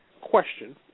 question